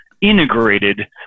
integrated